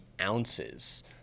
ounces